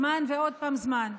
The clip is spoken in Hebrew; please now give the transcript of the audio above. זמן ועוד פעם זמן,